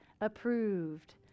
Approved